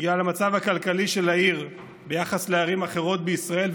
בגלל המצב הכלכלי של העיר ביחס לערים אחרות בישראל,